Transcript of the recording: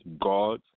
God